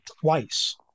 twice